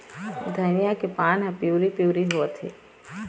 धनिया के पान हर पिवरी पीवरी होवथे?